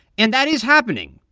and that is happening.